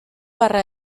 barra